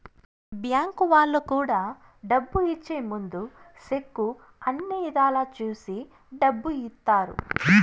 bank వాళ్ళు కూడా డబ్బు ఇచ్చే ముందు సెక్కు అన్ని ఇధాల చూసి డబ్బు ఇత్తారు